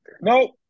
Nope